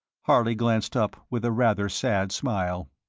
harley glanced up with a rather sad smile.